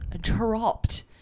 dropped